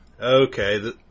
okay